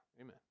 amen